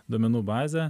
duomenų bazę